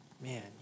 man